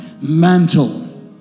Mantle